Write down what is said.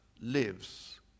lives